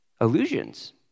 illusions